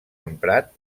emprat